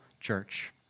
church